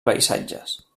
paisatges